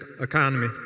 economy